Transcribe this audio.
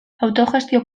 autogestio